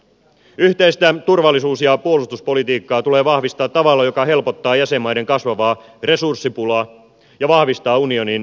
yhteistä turvallisuus ja puolustuspolitiikkaa tulee vahvistaa tavalla joka helpottaa jäsenmaiden kasvavaa resurssipulaa ja vahvistaa unionin kriisinhallintakykyä